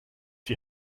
die